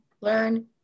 learn